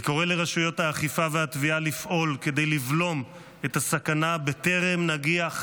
אני קורא לרשויות האכיפה והתביעה לפעול כדי לבלום את הסכנה בטרם נגיע,